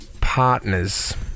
partners